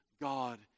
God